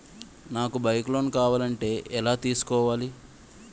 నాకు bike loan కావాలంటే ఎలా తీసుకోవాలి?